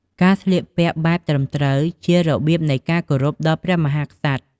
ការស្លៀកពាក់បែបត្រឹមត្រូវជារបៀបនៃការគោរពដល់ព្រះមហាក្សត្រ។